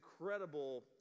incredible